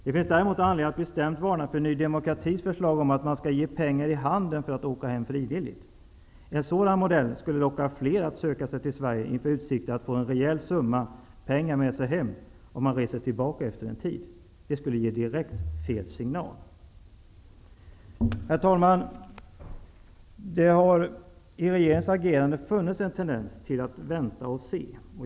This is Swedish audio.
Det finns däremot anledning att bestämt varna för Ny demokratis förslag att ge människor pengar i handen för att de skall åka hem frivilligt. En sådan modell skulle locka fler att söka sig till Sverige inför utsikten att få en rejäl summa pengar med sig hem om man reser tillbaka efter en tid. Det skulle ge en helt fel signal. Herr talman! Det har i regeringens agerande funnits en tendens till att vänta och se.